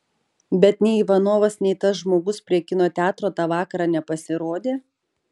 bet nei ivanovas nei tas žmogus prie kino teatro tą vakarą nepasirodė